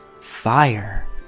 fire